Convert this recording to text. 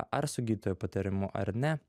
ar su gydytojo patarimu ar ne